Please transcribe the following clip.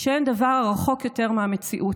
שאין דבר רחוק יותר מהמציאות.